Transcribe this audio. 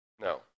No